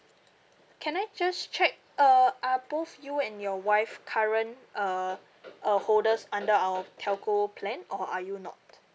can I just check uh are both you and your wife current uh uh holders under our telco plan or are you not